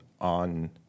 on